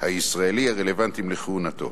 הישראלי הרלוונטיים לכהונתו.